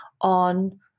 on